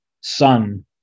son